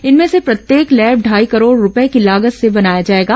इनमें से प्रत्येक लैब ढाई करोड़ रूपए की लागत से बनाया जाएगा